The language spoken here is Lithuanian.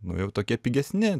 nu jau tokie pigesni